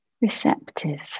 receptive